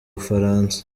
bufaransa